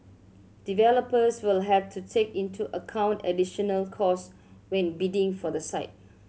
developers will have to take into account additional cost when bidding for the site